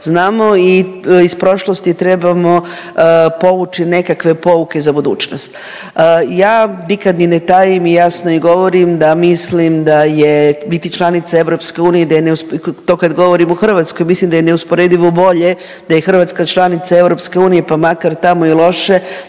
znamo i iz prošlosti trebamo povući nekakve pouke za budućnost. Ja nikad ni ne tajim, jasno i govorim da mislim da je biti članica EU i da je, to kad govorim o Hrvatskoj mislim da je neusporedivo bolje da je Hrvatska članice EU pa makar tamo i loše